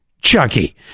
Chucky